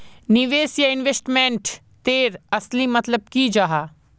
निवेश या इन्वेस्टमेंट तेर असली मतलब की जाहा?